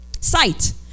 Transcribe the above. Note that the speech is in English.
Sight